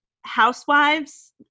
housewives